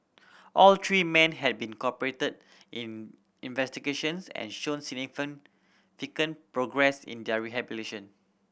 all three men had been cooperated in investigations and shown progress in their